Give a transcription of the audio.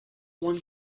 one